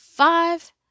Five